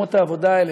שבמקומות העבודה האלה,